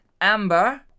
Amber